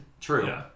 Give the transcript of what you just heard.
True